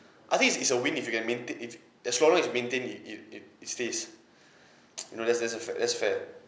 I think it it's a win if you can maintain if so long as you maintain it it it it stays you know that's that's the fact that's fair